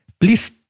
Please